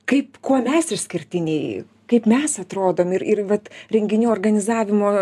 kaip kuo mes išskirtiniai kaip mes atrodom ir ir vat renginių organizavimo